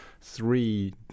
three